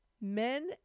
Men